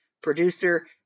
producer